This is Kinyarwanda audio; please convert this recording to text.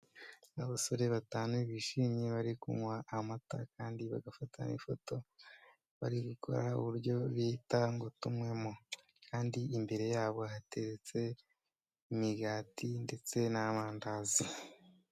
Abasore batanu bishimye bari kunywa amata kandi bagafata ifoto, bari gukora uburyo bita ngo tunywemo, kandi imbere yabo hatetse imigati ndetse n'amandazi.